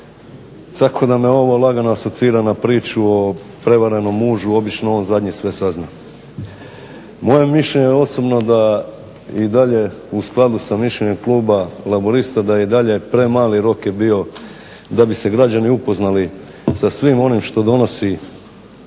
tako da me ovo lagano asocira na priču o prevarenom mužu, obično on zadnji sve sazna. Moje je mišljenje osobno da i dalje u skladu sa mišljenjem Kluba laburista da je i dalje premali rok je bio da bi se građani upoznali sa svim onim što donosi